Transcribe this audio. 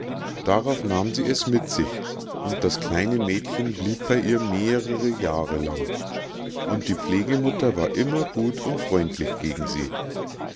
darauf nahm sie es mit sich und das kleine mädchen blieb bei ihr mehre jahre lang und die pflegemutter war immer gut und freundlich gegen sie